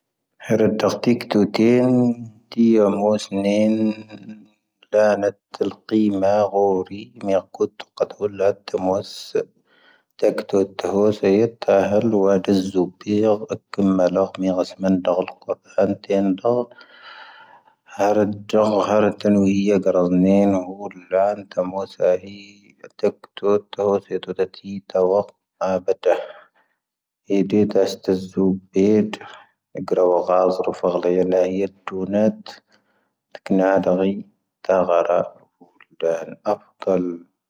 ⴳⵀⴰⵣⵔⵓⴼⴰⴳⵍⵉⴰ ⵍⴰⵀⵉⴰ ⵜoⵓⵏⴰⵜ. ⵜⴰⴽⵉⵏⴰⴷⴰⴳⵉ. ⵜⴰⴳⴰⵔⴰⴱⵓⴷⴰⵏ. ⴰpⵜⵓⵍ.